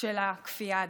של הכפייה הדתית.